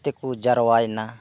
ᱛᱮᱠᱚ ᱡᱟᱨᱣᱟ ᱭᱮᱱᱟ